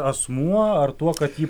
asmuo ar tuo kad ji